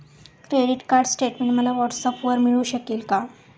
Credit card statement मला व्हॉट्सऍपवर मिळू शकेल का?